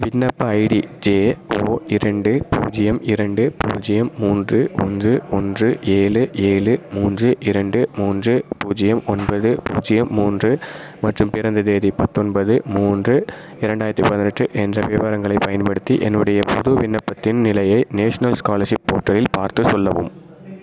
விண்ணப்ப ID JO இரண்டு பூஜ்ஜியம் இரண்டு பூஜ்ஜியம் மூன்று ஒன்று ஒன்று ஏழு ஏழு மூன்று இரண்டு மூன்று பூஜ்யம் ஒன்பது பூஜ்யம் மூன்று மற்றும் பிறந்த தேதி பத்தொன்பது மூன்று இரண்டாயிரத்தி பதினெட்டு என்ற விவரங்களைப் பயன்படுத்தி என்னுடைய புது விண்ணப்பத்தின் நிலையை நேஷனல் ஸ்காலர்ஷிப் போர்ட்டலில் பார்த்துச் சொல்லவும்